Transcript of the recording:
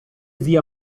zia